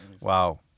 wow